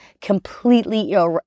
completely